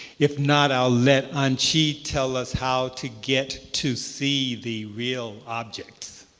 if not, i'll let anchi tell us how to get to see the real objects.